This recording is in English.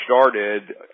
started